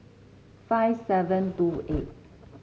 five seven two eight